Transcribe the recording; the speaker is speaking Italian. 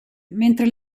mentre